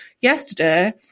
Yesterday